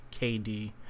KD